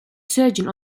surgeon